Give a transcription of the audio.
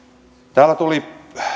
täällä tuli